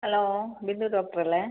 hello Bindu doctor അല്ലേ